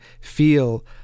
feel